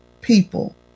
people